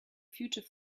future